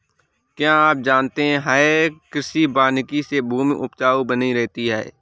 क्या आप जानते है कृषि वानिकी से भूमि उपजाऊ बनी रहती है?